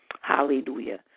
Hallelujah